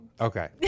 Okay